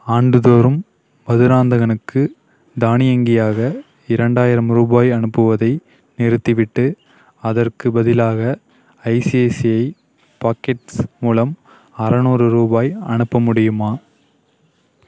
ஆண்டுதோறும் மதுராந்தகனுக்கு தானியங்கியாக இரண்டாயிரம் ரூபாய் அனுப்புவதை நிறுத்திவிட்டு அதற்கு பதிலாக ஐசிஐசிஐ பாக்கெட்ஸ் மூலம் அறநூறு ரூபாய் அனுப்ப முடியுமா